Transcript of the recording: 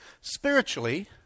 spiritually